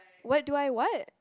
what do I what